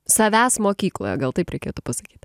savęs mokykloje gal taip reikėtų pasakyt